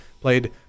played